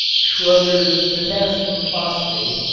schroder's potassium phosphate,